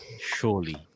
Surely